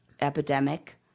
epidemic